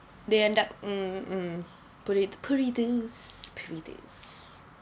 they end up mm mm put it புரியிது புரியிது:puriyithu puriyithu